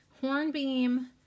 Hornbeam